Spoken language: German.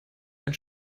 ein